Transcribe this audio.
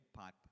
pipe